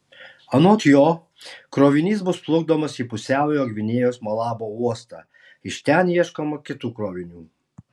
anot jo krovinys bus plukdomas į pusiaujo gvinėjos malabo uostą iš ten ieškoma kitų krovinių